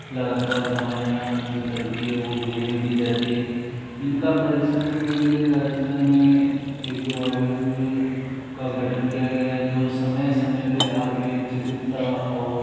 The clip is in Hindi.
लगातार दवाइयाँ जो चलती हैं वो फ्री में दी जाती हैं इनका परीक्षण करने के लिए राजस्थान में एक दो आयोग का गठन किया गया है जो समय समय पर आकर चिकित्सा और